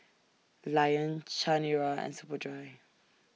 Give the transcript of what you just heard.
Lion Chanira and Superdry